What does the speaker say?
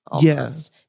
yes